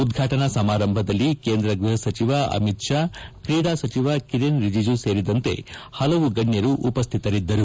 ಉದ್ಘಾಟನಾ ಸಮಾರಂಭದಲ್ಲಿ ಕೇಂದ್ರ ಗ್ಬಹ ಸಚಿವ ಅಮಿತ್ ಶಾ ಕ್ರೀಡಾ ಸಚಿವ ಕಿರೆನ್ ರಿಜಿಜು ಸೇರಿದಂತೆ ಹಲವು ಗಣ್ಯರು ಉಪಸ್ಥಿತರಿದ್ದರು